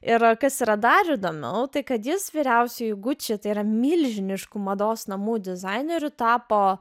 yra kas yra dar įdomiau tai kad jis vyriausiuoju gucci tai yra milžiniškų mados namų dizaineriu tapo